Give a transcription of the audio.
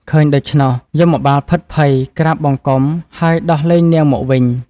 ឃើញដូច្នោះ យមបាលភិតភ័យ ក្រាបបង្គំ ហើយដោះលែងនាងមកវិញ ។